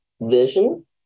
vision